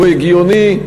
הוא הגיוני,